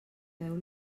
feu